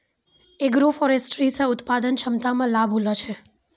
agroforestry से उत्पादन क्षमता मे लाभ होलो छै